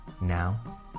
Now